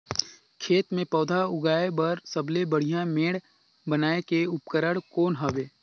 खेत मे पौधा उगाया बर सबले बढ़िया मेड़ बनाय के उपकरण कौन हवे?